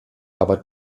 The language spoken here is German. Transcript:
aber